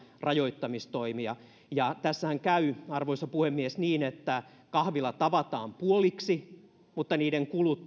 rajoittamistoimia tässähän käy arvoisa puhemies niin että kahvilat avataan puoliksi mutta niiden kulut